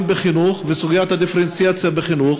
בחינוך וסוגיית הדיפרנציאציה בחינוך,